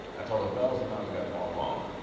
and told em, fellas, no you got it all wrong.